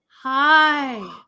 hi